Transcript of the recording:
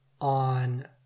on